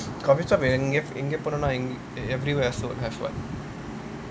coffee shop இங்க போனேனா:inga ponaenaa everywhere also don't have [what]